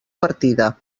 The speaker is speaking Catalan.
partida